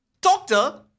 Doctor